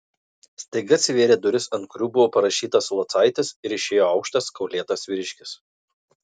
staiga atsivėrė durys ant kurių buvo parašyta locaitis ir išėjo aukštas kaulėtas vyriškis